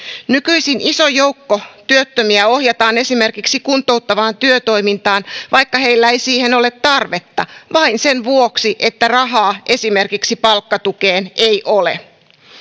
nykyisin iso joukko työttömiä ohjataan esimerkiksi kuntouttavaan työtoimintaan vaikka heillä ei siihen ole tarvetta vain sen vuoksi että rahaa esimerkiksi palkkatukeen ei ole